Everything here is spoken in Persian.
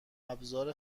ابزار